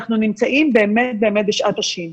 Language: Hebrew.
אנחנו נמצאים באמת באמת בשעת השי"ן.